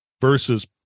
versus